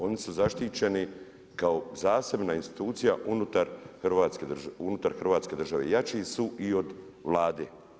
Oni su zaštićeni kao zasebna institucija unutar Hrvatske države, jači su i od Vlade.